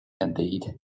Indeed